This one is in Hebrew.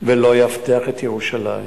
ולא יאבטח את ירושלים.